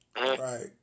Right